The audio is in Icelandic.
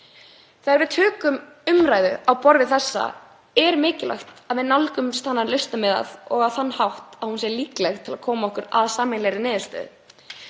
Þegar við tökum umræðu á borð við þessa er mikilvægt að við nálgumst hana lausnamiðað og á þann hátt að hún sé líkleg til að koma okkur að sameiginlegri niðurstöðu.